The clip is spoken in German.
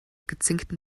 gezinkten